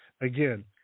again